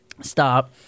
stop